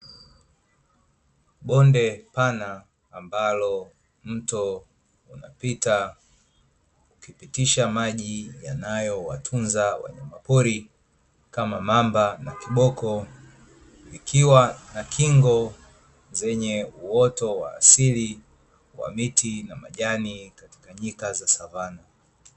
Bonde pana ambalo mto unapita ukipitisha maji yanayowatunza wanyama pori kama mamba na kiboko, ikiwa na kingo zenye uoto wa asili wa miti na majani katika nyika za savana.